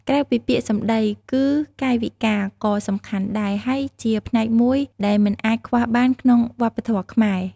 ក្រៅពីពាក្យសម្ដី គឺកាយវិការ ក៏សំខាន់ដែរ ហើយជាផ្នែកមួយដែលមិនអាចខ្វះបានក្នុងវប្បធម៌ខ្មែរ។